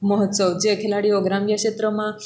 મહોત્સવ જે ખેલાડીઓ ગ્રામ્ય ક્ષેત્રોમાં